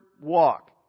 walk